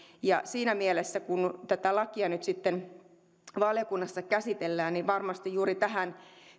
ja siinä mielessä kun tätä lakia nyt sitten valiokunnassa käsitellään varmasti juuri tähän